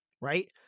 right